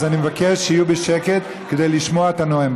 אז אני מבקש שתהיו בשקט כדי לשמוע את הנואם,